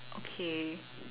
okay